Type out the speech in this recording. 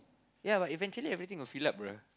yeah what eventually everything will fill up bruh